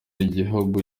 y’igihugu